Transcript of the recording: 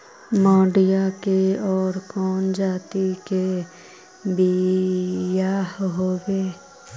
मडूया के और कौनो जाति के बियाह होव हैं?